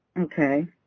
Okay